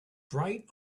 bright